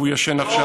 הוא ישן עכשיו.